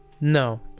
No